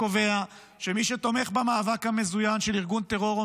שקובע שמי שתומך במאבק המזוין של ארגון טרור או